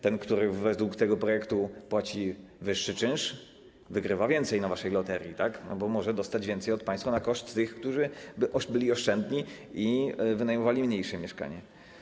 Ten, który według tego projektu płaci wyższy czynsz, wygrywa więcej na waszej loterii, bo może dostać więcej od państwa na koszt tych, którzy byli oszczędni i wynajmowali mniejsze mieszkanie.